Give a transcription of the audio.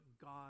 God